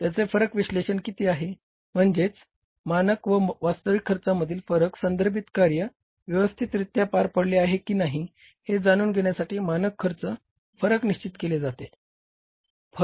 त्याचे फरक विश्लेषण किती आहे म्हणजेच मानक व वास्तविक खर्चामधील फरक संदर्भित कार्य व्यवस्थितरीत्या पार पडले आहे की नाही हे जाणून घेण्यासाठी मानक खर्च फरक निशचित केले जाते